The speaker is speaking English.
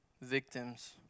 victims